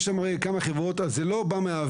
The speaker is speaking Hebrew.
יש שם כמה חברות, אז זה לא בא מהאוויר.